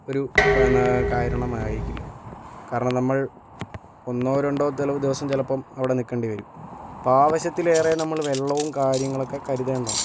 ഒരു കാന്നാ കാരണമായിരിക്കില്ല കാരണം നമ്മൾ ഒന്നോ രണ്ടോ ദിവസം ചിലപ്പം അവിടെ നിൽക്കേണ്ടിവരും അപ്പോൾ ആവശ്യത്തിലേറെ നമ്മൾ വെള്ളവും കാര്യങ്ങളൊക്കെ കരുതണം